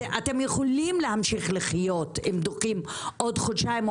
אתם יכולים להמשיך לחיות אם דוחים עוד חודשיים,